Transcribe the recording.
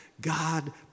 God